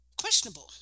questionable